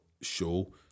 show